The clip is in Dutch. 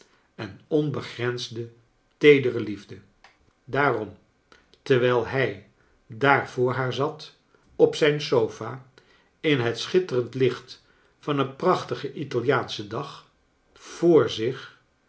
en onbegrensde teedere liefde daarom terwijl hij daar voor haar zat op zijn sofa in het schitterend licht van een prachtigen italiaanschen dag voor zich